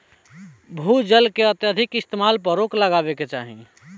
भू जल के अत्यधिक इस्तेमाल पर रोक लागे के चाही